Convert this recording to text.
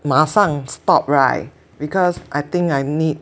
马上 stop right because I think I need